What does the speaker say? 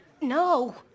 No